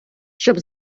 щоб